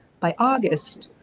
by august,